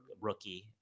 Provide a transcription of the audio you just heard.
rookie